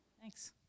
Thanks